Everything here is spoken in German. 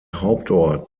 hauptort